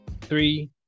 three